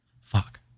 Fuck